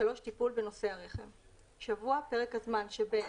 (3) טיפול בנוסעי הרכב ; "שבוע" פרק הזמן שבין